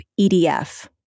EDF